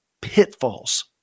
pitfalls